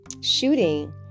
shooting